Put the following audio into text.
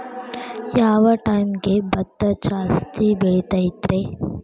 ಯಾವ ಟೈಮ್ಗೆ ಭತ್ತ ಜಾಸ್ತಿ ಬೆಳಿತೈತ್ರೇ?